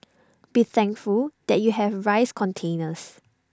be thankful that you have rice containers